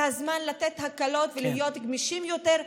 זה הזמן לתת הקלות ולהיות גמישים יותר,